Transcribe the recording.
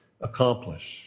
accomplish